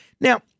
Now